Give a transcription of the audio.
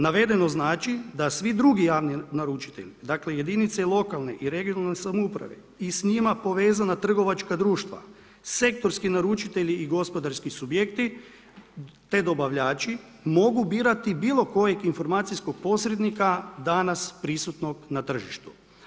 Navedeno znači da svi drugi javni naručitelji, dakle jedinice lokalne i regionalne samouprave i s njima povezana trgovačka društva, sektorski naručitelji i gospodarski subjekti te dobavljači mogu birati bilo kojeg informacijskog posrednika danas prisutnog na tržištu.